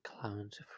Clowns